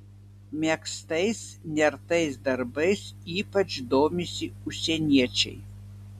megztais nertais darbais ypač domisi užsieniečiai